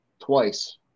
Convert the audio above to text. twice